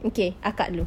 okay akak dulu